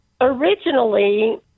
Originally